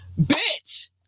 Bitch